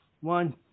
one